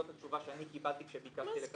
זאת התשובה שאני קיבלתי כשביקשתי לקבל מידע.